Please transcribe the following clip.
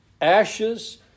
ashes